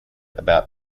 about